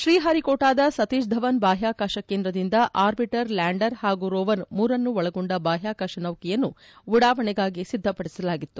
ಶ್ರೀಹರಿಕೋಟಾದ ಸತೀಶಧವನ್ ಬಾಹ್ಲಾಕಾಶ ಕೇಂದ್ರದಿಂದ orbiter lander ಹಾಗೂ ರೋವರ್ ಮೂರನ್ನೂ ಒಳಗೊಂಡ ಬಾಹ್ಲಾಕಾಶ ನೌಕೆಯನ್ನು ಉಡಾವಣೆಗೆ ಸಿದ್ದಪಡಿಸಲಾಗಿತ್ತು